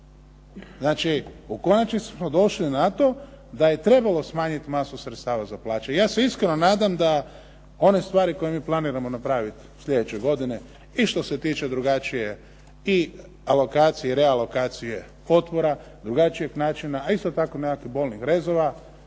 Znači, u konačnici smo došli na to da je trebalo smanjit masu sredstava za plaće. Ja se iskreno nadam da one stvari koje mi planiramo napravit sljedeće godine i što se tiče drugačije i alokacije i realokacije potpora, drugačijeg načina, a isto tako nekakvih bolnih rezova,